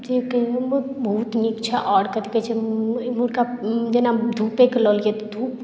जे कहियौ बहुत नीक छै आओर कथी कहै छै इम्हरका जेना धुपेके लऽ लियै तऽ धुप